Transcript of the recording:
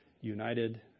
united